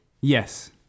Yes